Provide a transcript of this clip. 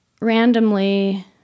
randomly